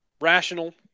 Rational